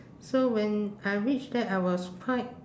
so when I reached there I was quite